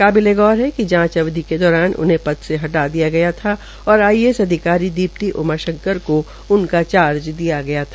काबिलेगौर है कि जांच अवधि के दौरान उन्हें पद से हटा दिया गया था और आईएएस अधिकारी दीप्ती उमा शंकर को उनका चार्ज दे दिया गया था